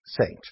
saint